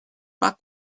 pas